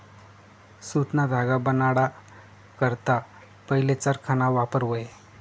सुतना धागा बनाडा करता पहिले चरखाना वापर व्हये